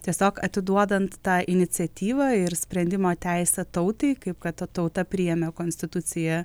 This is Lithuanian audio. tiesiog atiduodant tą iniciatyvą ir sprendimo teisę tautai kaip kad ta tauta priėmė konstituciją